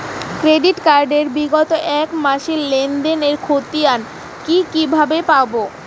Credit card এর বিগত এক মাসের লেনদেন এর ক্ষতিয়ান কি কিভাবে পাব?